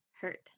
hurt